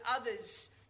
others